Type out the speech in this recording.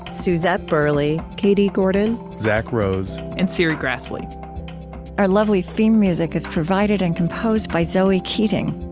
suzette burley, katie gordon, zack rose, and serri graslie our lovely theme music is provided and composed by zoe keating.